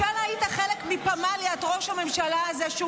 משל היית חלק מפמליית ראש הממשלה הזה,